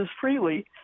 freely